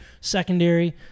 secondary